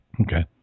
Okay